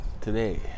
today